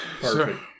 Perfect